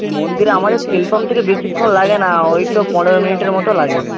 মন্দিরে আমাদের তেল পাম্প থেকে বেশিক্ষণ লাগে না ওই তো পনেরো মিনিটের মতো লাগবে